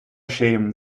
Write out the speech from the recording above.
shame